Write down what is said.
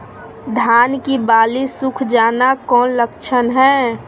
धान की बाली सुख जाना कौन लक्षण हैं?